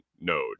node